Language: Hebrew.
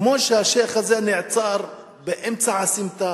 כמו שהשיח' הזה נעצר, באמצע הסמטה,